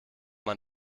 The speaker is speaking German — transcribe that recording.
man